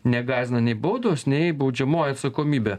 negąsdina nei baudos nei baudžiamoji atsakomybė